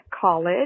college